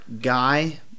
guy